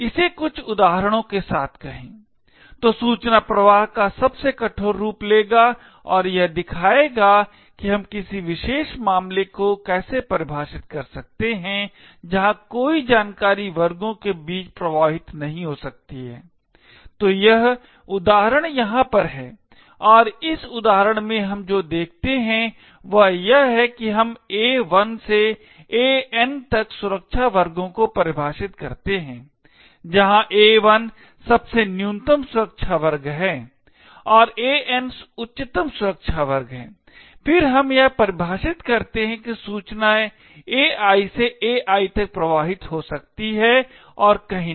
इसे कुछ उदाहरणों के साथ कहें तो सूचना प्रवाह का सबसे कठोर रूप लेगा और यह दिखाएगा कि हम किसी विशेष मामले को कैसे परिभाषित कर सकते हैं जहां कोई जानकारी वर्गों के बीच प्रवाहित नहीं हो सकती है तो यह उदाहरण यहाँ पर है और इस उदाहरण में हम जो देखते हैं वह यह है कि हम A1 से AN तक सुरक्षा वर्गों को परिभाषित करते हैं जहाँ A1 सबसे न्यूनतम सुरक्षा वर्ग है और AN उच्चतम सुरक्षा वर्ग है फिर हम यह परिभाषित करते हैं कि सूचना AI से AI तक प्रवाहित हो सकती है और कहीं नहीं